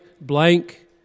blank